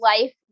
life